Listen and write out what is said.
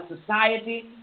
society